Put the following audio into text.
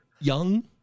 Young